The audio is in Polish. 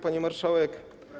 Pani Marszałek!